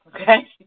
Okay